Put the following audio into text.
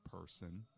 person